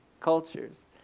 cultures